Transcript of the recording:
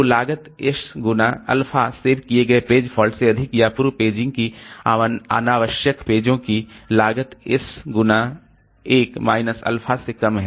तो लागत s गुणा अल्फ़ा सेव किए गए पेज फॉल्ट से अधिक या पूर्व पेजिंग की अनावश्यक पेजों की लागत s गुणा 1 माइनस अल्फा से कम है